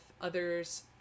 others